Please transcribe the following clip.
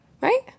right